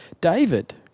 David